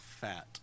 fat